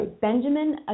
Benjamin